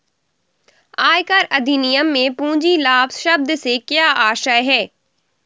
आयकर अधिनियम में पूंजी लाभ शब्द से क्या आशय है?